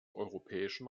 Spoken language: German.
europäischen